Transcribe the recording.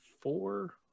four